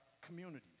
communities